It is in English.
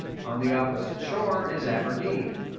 on the opposite shore is aberdeen,